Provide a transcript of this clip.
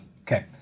Okay